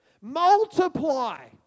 Multiply